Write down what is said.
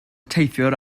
teithwyr